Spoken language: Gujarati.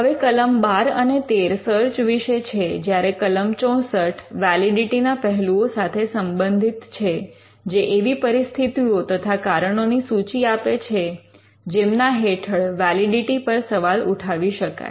હવે કલમ ૧૨ અને ૧૩ સર્ચ વિશે છે જ્યારે કલમ ૬૪ વૅલિડિટિના પહેલુઓ સાથે સંબંધિત છે જે એવી પરિસ્થિતિઓ તથા કારણોની સૂચિ આપે છે જેમના હેઠળ વૅલિડિટિ પર સવાલ ઉઠાવી શકાય